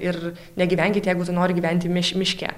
ir negyvenkit jeigu tu nori gyventi miš miške